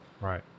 Right